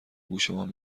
گوشمان